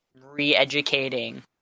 re-educating